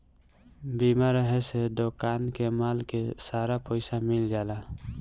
बीमा रहे से दोकान के माल के सारा पइसा मिल जाला